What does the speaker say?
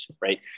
right